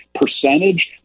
percentage